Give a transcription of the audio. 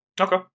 Okay